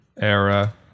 Era